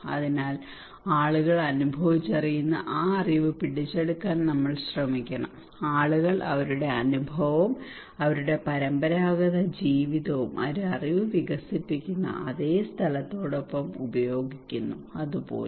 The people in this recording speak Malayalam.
അതിനാൽ ആളുകൾ അനുഭവിച്ചറിയുന്ന ആ അറിവ് പിടിച്ചെടുക്കാൻ നമ്മൾ ശ്രമിക്കണം ആളുകൾ അവരുടെ അനുഭവവും അവരുടെ പരമ്പരാഗത ജീവിതവും ഒരു അറിവ് വികസിപ്പിക്കുന്ന അതേ സ്ഥലത്തോടൊപ്പം ഉപയോഗിക്കുന്നു അത് പോലും